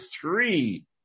three